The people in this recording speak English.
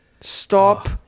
stop